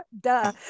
duh